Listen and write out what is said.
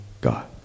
God